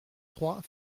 trois